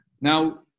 Now